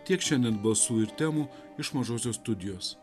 tiek šiandien balsų ir temų iš mažosios studijos